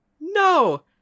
No